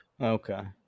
okay